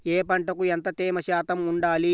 ఏ పంటకు ఎంత తేమ శాతం ఉండాలి?